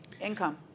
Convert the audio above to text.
income